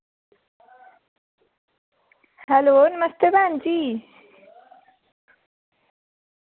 hello नमस्ते भैन जी